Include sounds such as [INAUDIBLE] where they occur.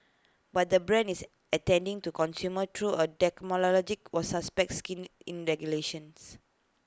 but the brand is attending to consumer through A [UNINTELLIGIBLE] was suspect skin in regulations